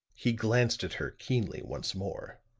he glanced at her keenly once more.